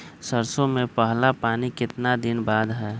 सरसों में पहला पानी कितने दिन बाद है?